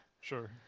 Sure